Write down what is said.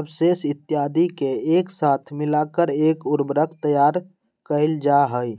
अवशेष इत्यादि के एक साथ मिलाकर एक उर्वरक तैयार कइल जाहई